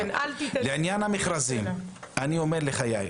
אני אומר לך, יאיר,